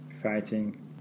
fighting